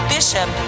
Bishop